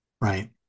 Right